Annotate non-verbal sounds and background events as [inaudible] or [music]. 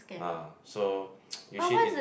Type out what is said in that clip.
ah so [noise] usually in